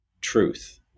truth